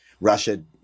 russia